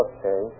Okay